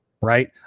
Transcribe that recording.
Right